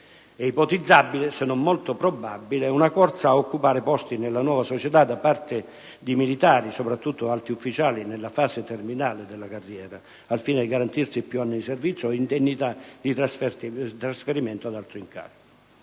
È ipotizzabile - se non molto probabile - una corsa ad occupare posti nella nuova società da parte di militari, soprattutto alti ufficiali nella fase terminale della carriera, al fine di garantirsi un maggior numero di anni di servizio e indennità di trasferimento ad altro incarico.